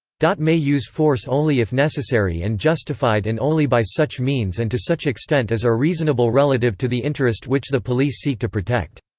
may use force only if necessary and justified and only by such means and to such extent as are reasonable relative to the interest which the police seek to protect.